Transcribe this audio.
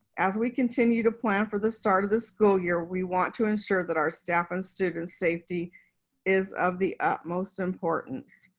as we continue to plan for the start of the school year, we want to ensure that our staff and students' safety is of the utmost importance.